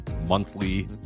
monthly